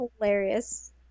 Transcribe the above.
hilarious